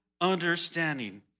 understanding